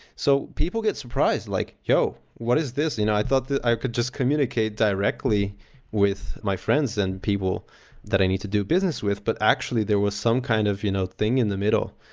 so people get surprised, like, yo, what is this? i thought that i could just communicate directly with my friends and people that i need to do business with, but actually there was some kind of you know thing in the middle.